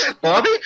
Bobby